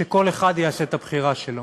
שכל אחד יעשה את הבחירה שלו.